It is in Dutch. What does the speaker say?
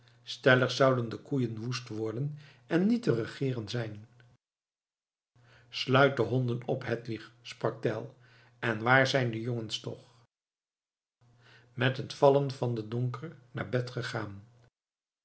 stellig zouden de koeien woest worden en niet te regeeren zijn sluit de honden op hedwig sprak tell en waar zijn de jongens toch met het vallen van den donker naar bed gegaan